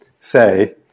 say